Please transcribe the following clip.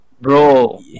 Bro